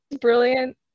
brilliant